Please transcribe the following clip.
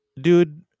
dude